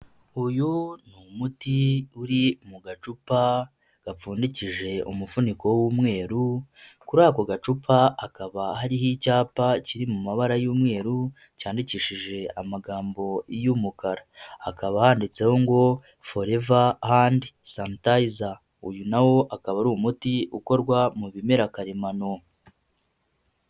Uyu ni umuti uri mu gacupa gapfundikije umuvuniko w'umweru, kuri ako gacupa hakaba hariho icyapa kiri mu mabara y'umweru cyandikishije amagambo y'umukara. Hakaba handitseho ngo "Forever hand sanitizer." Uyu na wo akaba ari umuti ukorwa mu bimera karemano.